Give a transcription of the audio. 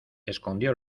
escondió